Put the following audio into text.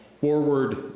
forward